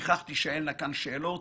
לפיכך תישאלנה כאן שאלות,